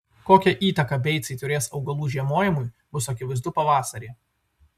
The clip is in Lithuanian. kokią įtaką beicai turės augalų žiemojimui bus akivaizdu pavasarį